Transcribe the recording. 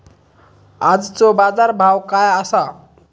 आजचो बाजार भाव काय आसा?